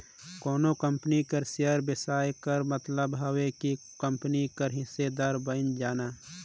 कोनो कंपनी कर सेयर बेसाए कर मतलब हवे ओ कंपनी कर हिस्सादार बइन जाना